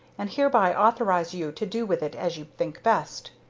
and hereby authorize you to do with it as you think best.